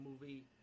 movie